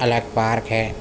الگ پارک ہے